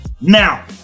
Now